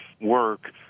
work